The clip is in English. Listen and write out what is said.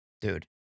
Dude